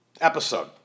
episode